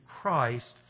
Christ